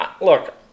Look